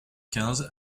quinze